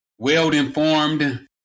well-informed